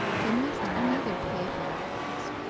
then must another paye for our cost,